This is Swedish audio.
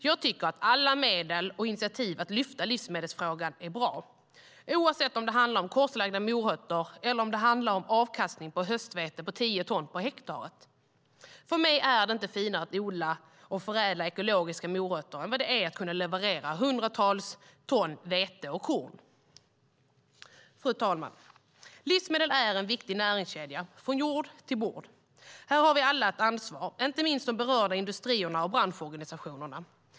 Jag tycker att alla medel och initiativ för att lyfta livsmedelsfrågan är bra, oavsett om det handlar om korslagda morötter eller om en avkastning på höstvete med 10 ton per hektar. För mig är det inte finare att odla och förädla ekologiska morötter än vad det är att kunna leverera hundratals ton vete och korn. Fru talman! Livsmedel är en viktig näringskedja, från jord till bord. Här har vi alla ett ansvar, inte minst de berörda industrierna och branschorganisationerna.